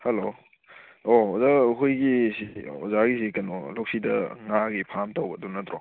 hello ꯑꯣ ꯑꯣꯖꯥ ꯑꯩꯈꯣꯏꯒꯤ ꯁꯤ ꯑꯣꯖꯥꯒꯤꯁꯤ ꯀꯩꯅꯣ ꯂꯣꯛꯁꯤꯗ ꯉꯥꯒꯤ ꯐꯥꯝ ꯇꯧꯕꯗꯣ ꯅꯠꯇ꯭ꯔꯣ